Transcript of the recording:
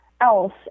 else